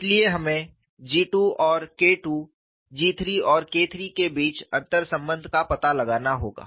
इसलिए हमें GII और KII GIII और KIII के बीच अंतर्संबंध का पता लगाना होगा